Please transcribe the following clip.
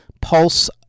Pulse